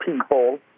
people